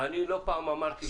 אני לא פעם אמרתי,